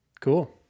Cool